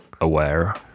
aware